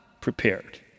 prepared